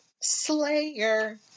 slayer